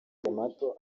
mato